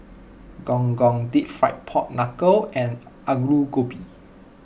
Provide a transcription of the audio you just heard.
Gong Gong Deep Fried Pork Knuckle and Aloo Gobi